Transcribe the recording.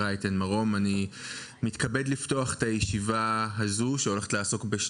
רייטן מרום אני מתכבד לפתוח את ישיבת ועדת העבודה והרווחה.